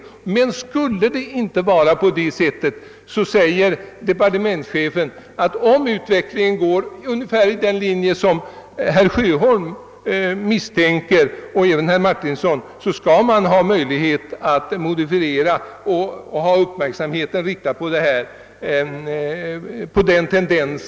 Departementschefen säger vidare, att om utvecklingen skulle gå i den riktning som herr Sjöholm och herr Martinsson misstänker, skall man ha möjlighet att modifiera bestämmelserna och på det sättet stävja en sådan tendens.